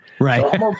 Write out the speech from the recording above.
Right